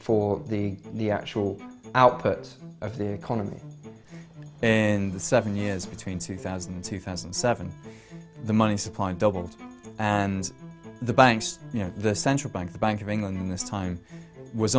for the the actual output of the economy and the seven years between two thousand and two thousand and seven the money supply doubled and the banks you know the central bank the bank of england in this time was